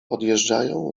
odjeżdżają